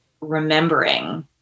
remembering